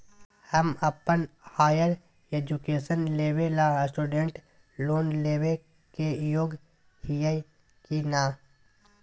हम अप्पन higher education लेबे ला स्टूडेंट लोन लेबे के योग्य हियै की नय?